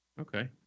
Okay